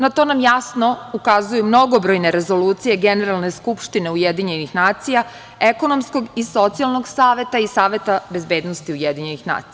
Na to nam jasno ukazuju mnogobrojne rezolucije Generalne skupštine UN, Ekonomskog i socijalnog saveta i Saveta bezbednosti UN.